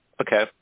Okay